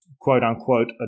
quote-unquote